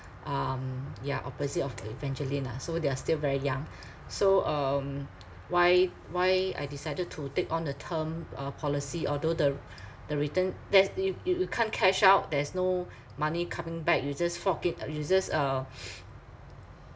um ya opposite of the evangeline ah so they are still very young so um why why I decided to take on a term uh policy although the r~ the return there's you you you can't cash out there's no money coming back you just fork it uh you just uh